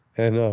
and,